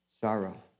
sorrow